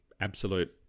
absolute